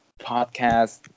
podcast